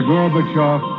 Gorbachev